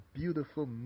beautiful